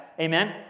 Amen